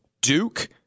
Duke